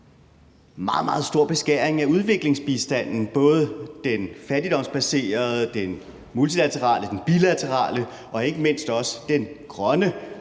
meget, meget stor beskæring af udviklingsbistanden, både den fattigdomsbaserede, den multilaterale og den bilaterale og ikke mindst den grønne,